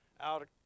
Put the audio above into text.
out